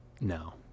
No